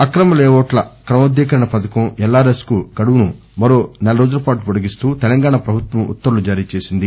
అక్రమ లేఅవుట్ల క్రమబద్దీకరణ పథకం ఎల్ ఆర్ ఎస్కు గడువును మరో నెల రోజులపాటు పొడిగిస్తూ తెలంగాణ ప్రభుత్వం ఉత్తర్వులు జారీ చేసింది